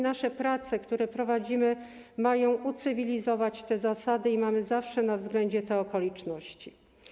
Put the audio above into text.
Nasze prace, które prowadzimy, mają ucywilizować te zasady i mamy zawsze na względzie te okoliczności.